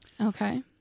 Okay